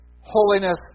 holiness